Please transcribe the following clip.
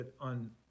on